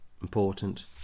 Important